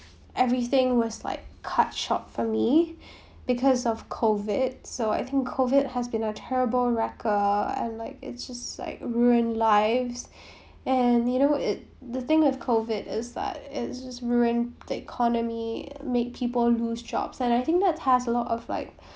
everything was like cut short for me because of COVID so I think COVID has been a terrible wrecker and like it's just like ruined lives and you know it the thing with COVID is that it’s just ruined the economy make people lose jobs and I think that has a lot of like